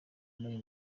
n’uyu